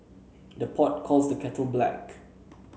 the pot calls the kettle black